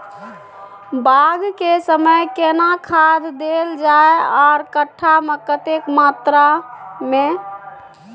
बाग के समय केना खाद देल जाय आर कट्ठा मे कतेक मात्रा मे?